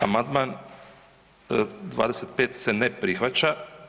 Amandman 25 se ne prihvaća.